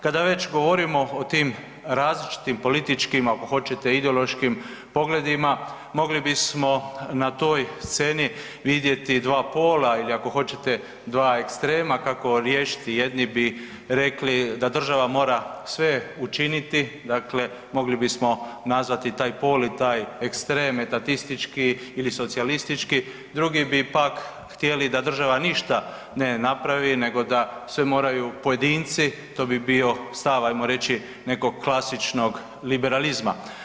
Kada već govorimo o tim različitim političkim ako hoćete i ideološkim pogledima, mogli bismo na toj sceni vidjeti dva pola ili ako hoćete dva ekstrema kako riješiti, jedni bi rekli da da država mora sve učiniti, dakle mogli bismo nazvati taj pol i taj ekstrem, tatistički ili socijalistički, drugi bi pak htjeli da država ništa ne napravo nego da sve moraju pojedinci, to bi bio stav ajmo reći, nekog klasičnog liberalizma.